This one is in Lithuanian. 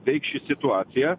veiks ši situacija